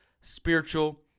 spiritual